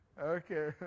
Okay